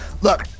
Look